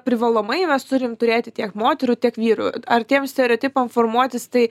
privalomai mes turim turėti tiek moterų tiek vyrų ar tiems stereotipam formuotis tai